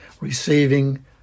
receiving